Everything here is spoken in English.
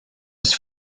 was